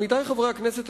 עמיתי חברי הכנסת,